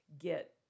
get